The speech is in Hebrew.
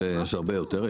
יש הרבה יותר.